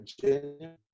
Virginia